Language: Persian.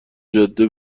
جاده